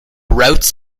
routes